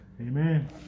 Amen